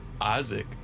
Isaac